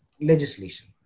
legislation